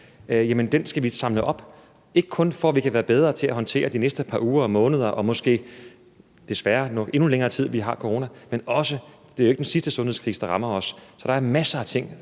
skal vi samle op – ikke kun for at vi kan være bedre til at håndtere de næste par uger og måneder og måske, desværre, endnu længere tid, hvor vi har corona, men også fordi det jo ikke er den sidste sundhedskrise, der rammer os. Så der er masser af ting